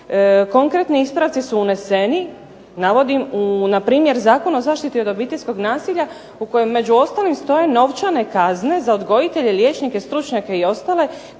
konkretni ispravci su uneseni, navodim, na primjer u Zakon o zaštiti od obiteljskog nasilja u kojem među ostalim stoje novčane kazne za odgojitelje, liječnike, stručnjake i ostale